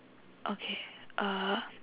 okay uh